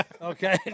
okay